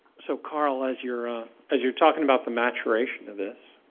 so, carl, as you're as you're talking about the maturation of this,